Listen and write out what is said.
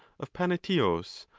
of pametius,